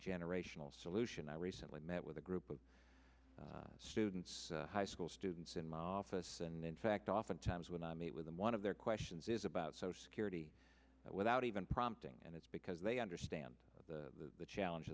generational solution i recently met with a group of students high school students in my office and in fact oftentimes when i meet with them one of their questions is about social security without even prompting and it's because they understand the challenge